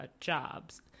jobs